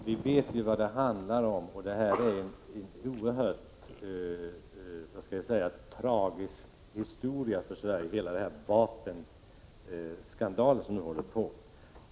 Fru talman! Vi vet vad det här handlar om. Hela denna vapenskandal är en oerhört tragisk historia för hela Sverige.